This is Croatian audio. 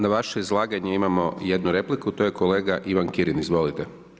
Na vaše izlaganje imamo 1 repliku, to je kolega Ivan Kirin, izvolite.